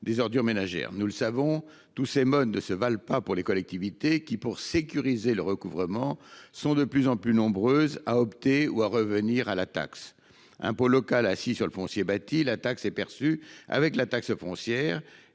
des ordures ménagères (Reom). Nous le savons, tous ces modes ne se valent pas pour les collectivités, qui, pour sécuriser le recouvrement, sont de plus en plus nombreuses à opter pour la Teom ou à y revenir. Impôt local assis sur le foncier bâti, la Teom est perçue avec la taxe foncière